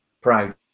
proud